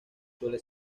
suele